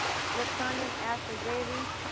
flip herndon, ashley davies.